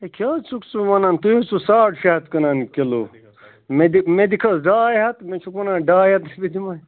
ہے کیٛاہ حظ چھُکھ ژٕ ونان تُہۍ اوسوٕ ساڑ شےٚ ہَتھ کٕنان کِلوٗ مےٚ دِ مےٚ دِکھ حظ ڈاے ہَتھ مےٚ چھُکھ وَنان ڈاے ہَتھِ رۅپیہِ دِمَے